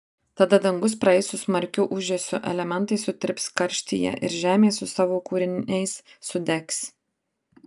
tada dangūs praeis su smarkiu ūžesiu elementai sutirps karštyje ir žemė su savo kūriniais sudegs